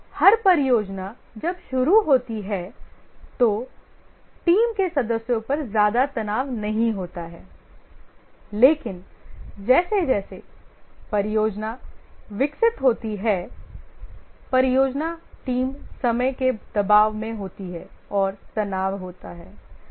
हर परियोजना जब शुरू होती है तो टीम के सदस्यों पर ज्यादा तनाव नहीं होता है लेकिन जैसे जैसे परियोजना विकसित होती है परियोजना टीम समय के दबाव में होती है और तनाव होता है